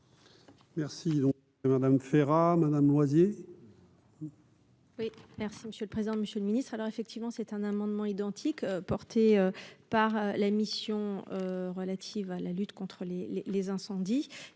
et Madame Ferrat, Madame Loisier.